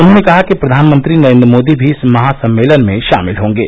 उन्होंने कहा कि प्रधानमंत्री नरेन्द्र मोदी भी इस महासम्भेलन में शामिल होंगे